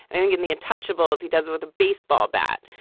and again, the intouchables, he does it with a baseball bat.